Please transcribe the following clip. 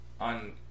On